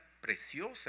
preciosa